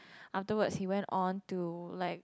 afterwards he went on to like